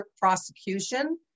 prosecution